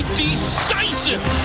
decisive